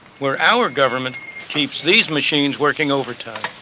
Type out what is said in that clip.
where our government keeps these machines working overtime.